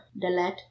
delete